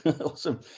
Awesome